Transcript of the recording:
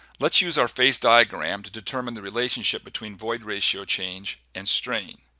let's use our phase diagram to determine the relationship between void ratio change and strain.